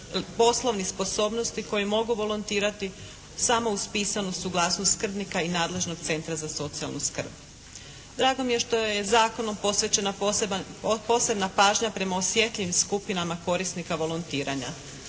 poslovnih sposobnosti koji mogu volontirati samo uz pisanu suglasnost skrbnika i nadležnog centra za socijalnu skrb. Drago mi je što je zakonom posvećena posebna pažnja prema osjetljivim skupinama korisnika volontiranja,